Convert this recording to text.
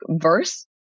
verse